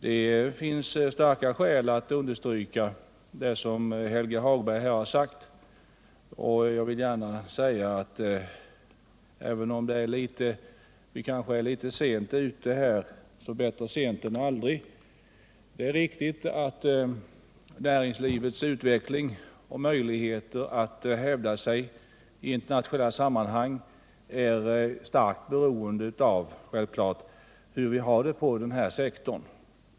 Det finns starka skäl att understryka det som Helge Hagberg här har sagt, även om det är litet sent, men bättre sent än aldrig! Det är riktigt att näringslivets utveckling och möjligheter att hävda sig i internationella sammanhang självfallet är starkt beroende av hur vi har det på den här sektorn.